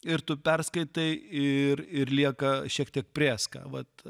ir tu perskaitai ir ir lieka šiek tiek prėska vat